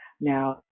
Now